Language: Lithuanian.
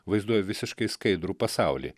vaizduoja visiškai skaidrų pasaulį